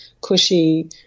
cushy